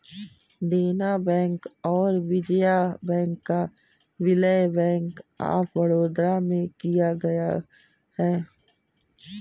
देना बैंक और विजया बैंक का विलय बैंक ऑफ बड़ौदा में किया गया है